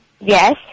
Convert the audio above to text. Yes